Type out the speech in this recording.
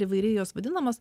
įvairiai jos vadinamos